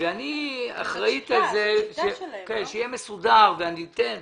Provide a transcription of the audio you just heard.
ואני אחראית על זה שיהיה מסודר, אני אתן שכר,